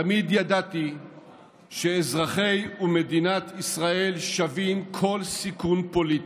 תמיד ידעתי שאזרחי ישראל ומדינת ישראל שווים כל סיכון פוליטי.